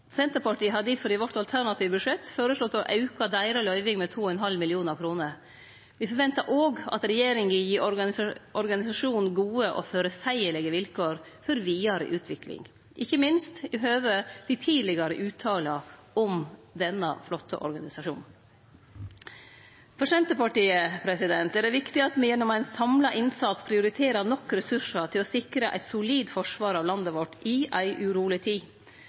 Senterpartiet har difor i vårt alternative budsjett føreslått å auke deira løyving med 2,5 mill. kr. Me forventar også at regjeringa gir organisasjonen gode og føreseielege vilkår for vidare utvikling, ikkje minst i høve til tidlegare utsegn om denne flotte organisasjonen. For Senterpartiet er det viktig at me gjennom ein samla innsats prioriterer nok ressursar til å sikre eit solid forsvar av landet vårt i ei uroleg tid.